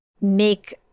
make